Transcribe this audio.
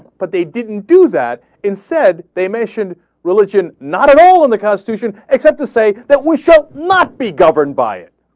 but they didn't do that. instead they mentioned religion not at all in the constitution except to say that we shall not be governed by it.